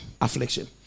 Affliction